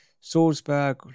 salzburg